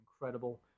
incredible